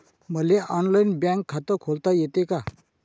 मले online bank खात खोलता येते का?